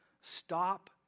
Stop